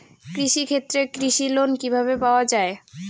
কৃষি ক্ষেত্রে কৃষি লোন কিভাবে পাওয়া য়ায়?